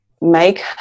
make